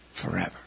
forever